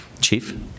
Chief